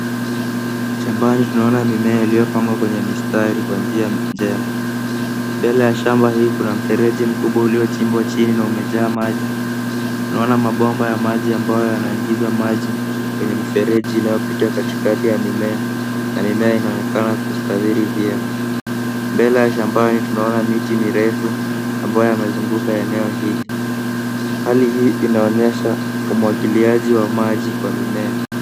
Shambani tunuona mimea yaliyopangwa kwenye mistari kwa njia njema. Mbele ya shamba hii, kuna mfereji mkubwa uliochimbwa chini na umejaa maji. Tunuona mabomba ya maji ambayo yanaingiza maji kwenye mifereji inayo pita katikati ya mimea, na mimeye inaonekana kustathiri vyema. Mbele ya Shambani tunuona miti mirefu ambayo yamezunguka eneo hili. Hali hii inaonesa umwagiliaji wa maji kwa mimea.